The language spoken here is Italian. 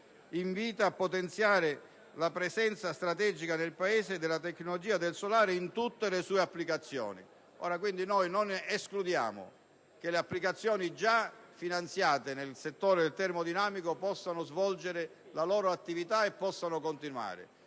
invita a potenziare la presenza strategica nel Paese della tecnologia del solare in tutte le sue applicazioni. Non escludiamo quindi che le applicazioni già finanziate nel settore del termodinamico possano svolgere la loro attività e possano continuare.